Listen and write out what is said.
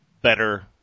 better